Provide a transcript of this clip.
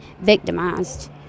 victimized